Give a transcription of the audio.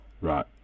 Right